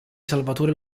salvatore